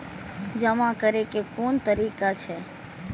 जमा करै के कोन तरीका छै?